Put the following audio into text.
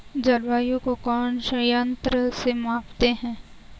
जलवायु को कौन से यंत्र से मापते हैं?